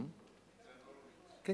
ניצן הורוביץ.